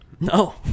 No